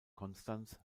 konstanz